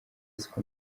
siko